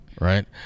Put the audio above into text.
right